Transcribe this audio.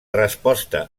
resposta